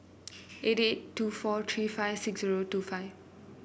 eight eight two four three five six zero two five